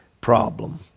problem